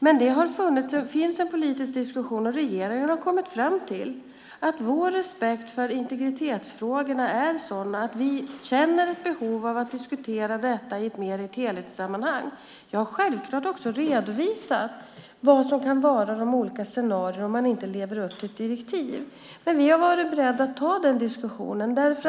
Men det finns en politisk diskussion, och regeringen har kommit fram till att vår respekt för integritetsfrågorna är sådan att vi känner ett behov av att diskutera detta i ett helhetssammanhang. Jag har självklart redovisat vad som kan vara de olika scenarierna om man inte lever upp till ett direktiv. Men vi har varit beredda att ta den diskussionen.